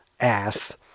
ass